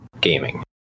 gaming